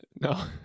No